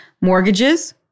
Mortgages